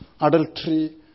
adultery